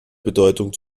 bedeutung